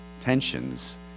tensions